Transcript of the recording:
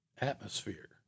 atmosphere